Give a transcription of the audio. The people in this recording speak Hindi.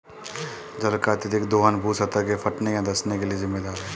जल का अत्यधिक दोहन भू सतह के फटने या धँसने के लिये जिम्मेदार है